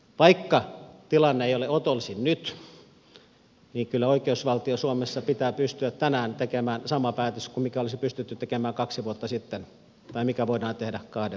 vaikka tilanne ei ole otollisin nyt niin kyllä oikeusvaltio suomessa pitää pystyä tänään tekemään sama päätös kuin mikä olisi pystytty tekemään kaksi vuotta sitten tai mikä voidaan tehdä kahden vuoden päästä